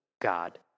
God